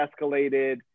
escalated